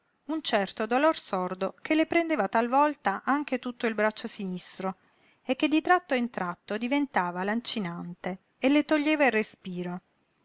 un certo dolor sordo che le prendeva talvolta anche tutto il braccio sinistro e che di tratto in tratto diventava lancinante e le toglieva il respiro